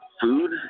Food